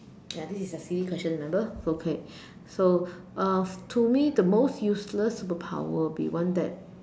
ya this is silly question remember it's okay so uh to me the most useless superpower will be one that